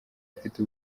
afite